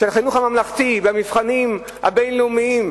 של החינוך הממלכתי, במבחנים הבין-לאומיים,